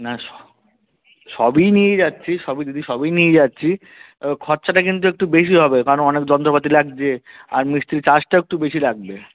না সবই নিয়ে যাচ্ছি সবই দিদি সবই নিয়ে যাচ্ছি ও খরচাটা কিন্তু একটু বেশি হবে কারণ অনেক যন্ত্রপাতি লাগছে আর মিস্ত্রির চার্জটাও একটু বেশি লাগবে